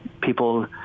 people